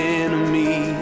enemy